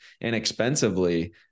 inexpensively